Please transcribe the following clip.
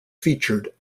featured